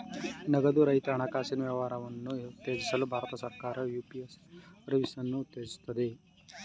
ನಗದು ರಹಿತ ಹಣಕಾಸಿನ ವ್ಯವಹಾರವನ್ನು ಉತ್ತೇಜಿಸಲು ಭಾರತ ಸರ್ಕಾರ ಯು.ಪಿ.ಎ ಸರ್ವಿಸನ್ನು ಉತ್ತೇಜಿಸುತ್ತದೆ